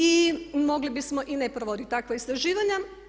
I mogli bismo i ne provoditi takva istraživanja.